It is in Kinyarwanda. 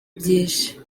byinshi